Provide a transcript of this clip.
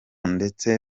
ndetse